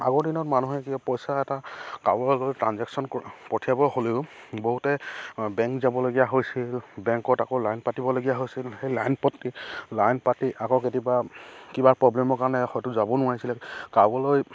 আগৰ দিনত মানুহে কিবা পইচা এটা কাৰোবালৈ ট্ৰাঞ্জেকশ্য়ন পঠিয়াব হ'লেও বহুতে বেংক যাবলগীয়া হৈছিল বেংকত আকৌ লাইন পাতিবলগীয়া হৈছিল সেই লাইন পাতি লাইন পাতি আকৌ কেতিয়াবা কিবা প্ৰব্লেমৰ কাৰণে হয়তো যাব নোৱাৰিছিলে কাৰোবালৈ